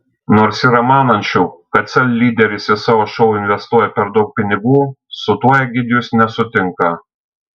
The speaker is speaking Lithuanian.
nors yra manančių kad sel lyderis į savo šou investuoja per daug pinigų su tuo egidijus nesutinka